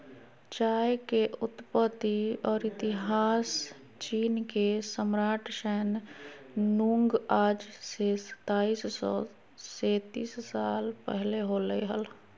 चाय के उत्पत्ति और इतिहासचीनके सम्राटशैन नुंगआज से सताइस सौ सेतीस साल पहले होलय हल